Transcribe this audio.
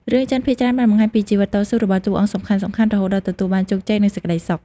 រឿងចិនភាគច្រើនបានបង្ហាញពីជីវិតតស៊ូរបស់តួអង្គសំខាន់ៗរហូតដល់ទទួលបានជោគជ័យនិងសេចក្ដីសុខ។